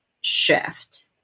shift